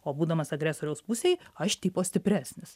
o būdamas agresoriaus pusėj aš tipo stipresnis